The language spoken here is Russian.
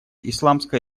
исламская